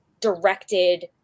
directed